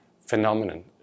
phenomenon